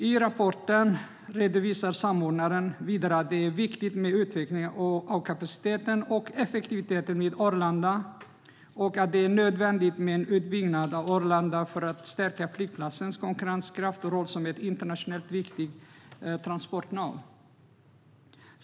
I rapporten redovisar samordnaren att det är viktigt med utveckling av kapaciteten och effektiviteten vid Arlanda och att det är nödvändigt med en utbyggnad av Arlanda för att stärka flygplatsens konkurrenskraft och roll som ett internationellt viktigt transportnav.